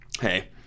hey